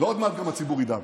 ועוד מעט גם הציבור ידע הכול.